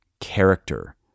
character